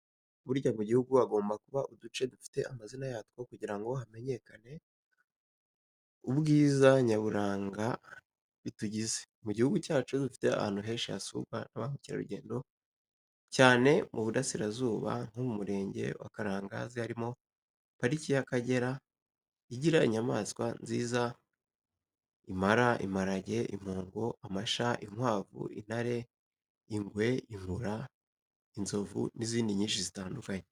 Burya mu gihugu hagomba kuba uduce dufite amazina yatwo kugira ngo hamenyekane ubwiza nyaburanga bitugize. Mu gihugu cyacu dufite ahantu henshi hasurwa n'abamukerarugendo cyane mu burasirazuba nko mu murenge wa Karangazi harimo pariki y'Akagera igira inyamaswa nziza impara, imparage, impongo, amasha, inkwavu, intare, ingwe, inkura, inzovu, n'izindi nyinshi zitandukanye.